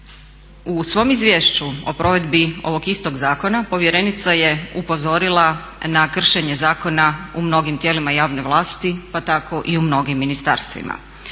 u svom izvješću o provedbi ovog istog zakona povjerenica je upozorila na kršenje zakona u mnogim tijelima javne vlasti pa tako i u mnogim ministarstvima.